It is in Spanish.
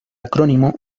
acrónimo